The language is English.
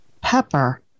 Pepper